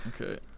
Okay